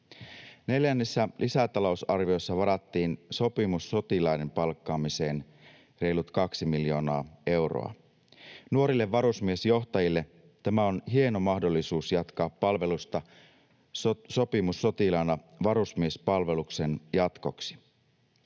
Neljännessä lisätalousarviossa varattiin sopimussotilaiden palkkaamiseen reilut 2 miljoonaa euroa. Nuorille varusmiesjohtajille tämä on hieno mahdollisuus jatkaa palvelusta sopimussotilaana varusmiespalveluksen jatkoksi.